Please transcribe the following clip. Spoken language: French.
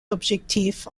objectif